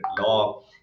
law